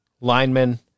Linemen